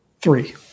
Three